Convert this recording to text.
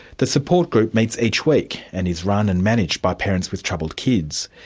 the support group meets each week and is run and managed by parents with troubled kids.